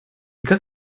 как